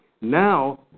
Now